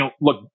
Look